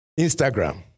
Instagram